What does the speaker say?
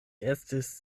estis